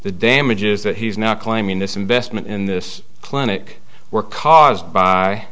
the damages that he's not claiming this investment in this clinic were caused by